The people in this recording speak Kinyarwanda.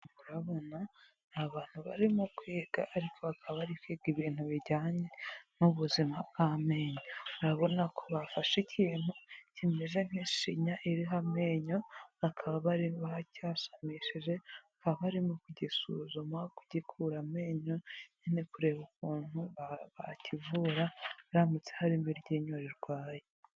Urabona ni abantu barimo kwiga ariko bakaba bari kwiga ibintu bijyanye n'ubuzima bw'amenyo. Urabona ko bafashe ikintu kimeze nk'ishinya iriho amenyo, bakaba bari bacyasamishije bari kugisuzuma, kugikura amenyo nyine kureba ukuntu bakivura haramutse harimo iryinyo rirwaye.